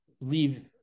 leave